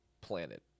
planet